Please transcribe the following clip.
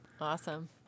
awesome